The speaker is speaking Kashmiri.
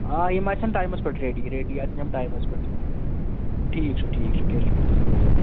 آ یِم آسَن ٹایمَس پیٚٹھ ریٚڈی ریٚڈی آسَن یِم ٹایمَس پیٚٹھ ٹھیٖک چھُ ٹھیٖک چھُ کیٚنٛہہ چھُنہٕ تُہۍ وٲتِو